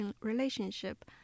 relationship